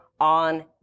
on